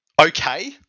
okay